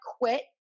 quit